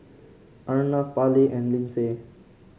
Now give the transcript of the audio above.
Arnav Parley and Lyndsay